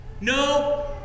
No